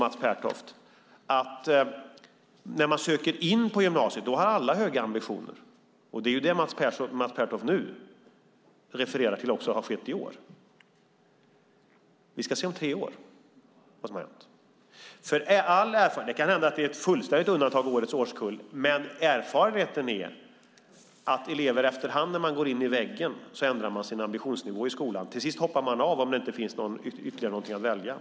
När de söker in på gymnasiet har alla höga ambitioner. Det vad som också har skett i år och som Mats Pertoft refererar till. Vi ska se om tre år vad som har hänt. Det kan hända att det är ett fullständigt undantag med årets årskull. Men erfarenheten är att elever efterhand när de går in i väggen ändrar sin ambitionsnivå. Till sist hoppar de av om det inte finns ytterligare något att välja.